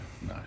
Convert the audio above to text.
no